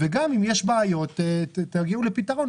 וגם אם יש בעיות, תגיעו לפתרון.